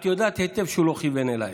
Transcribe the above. את יודעת טוב שהוא לא כיוון אלייך.